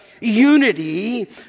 unity